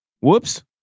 Whoops